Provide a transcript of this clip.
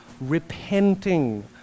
repenting